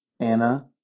Anna